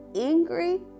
angry